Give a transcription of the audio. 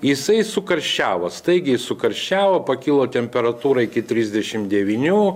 jisai sukarščiavo staigiai sukarščiavo pakilo temperatūra iki trisdešim devynių